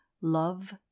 love